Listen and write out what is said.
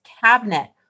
cabinet